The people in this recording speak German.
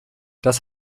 das